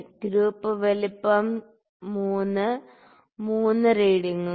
group വലുപ്പം 3 3 റീഡിംഗുകൾ